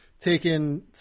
taken